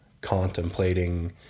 contemplating